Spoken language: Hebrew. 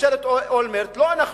ממשלת אולמרט, לא אנחנו,